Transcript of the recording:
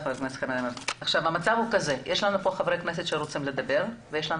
יש לנו חברי כנסת שרוצים לדבר ויש לנו